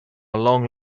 long